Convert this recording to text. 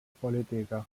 política